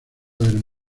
del